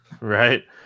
Right